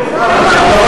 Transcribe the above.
23 בעד, אין נמנעים.